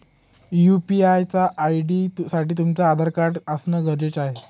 UPI च्या ID साठी तुमचं आधार कार्ड असण गरजेच आहे